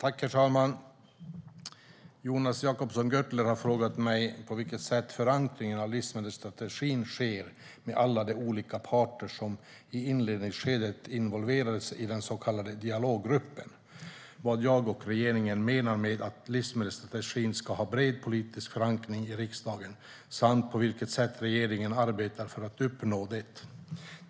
Herr talman! Jonas Jacobsson Gjörtler har frågat mig på vilket sätt förankringen av livsmedelsstrategin sker med alla de olika parter som i inledningsskedet involverades i den så kallade dialoggruppen, vad jag och regeringen menar med att livsmedelsstrategin ska ha bred politiskt förankring i riksdagen samt på vilket sätt regeringen arbetar för att uppnå det.